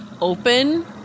open